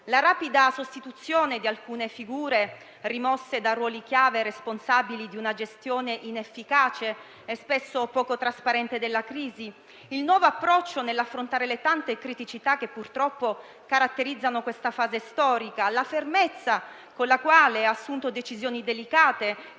La rapida sostituzione di alcune figure rimosse da ruoli chiave responsabili di una gestione inefficace e spesso poco trasparente della crisi, il nuovo approccio nell'affrontare le tante criticità che purtroppo caratterizzano questa fase storica e la fermezza con la quale ha assunto decisioni delicate,